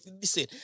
listen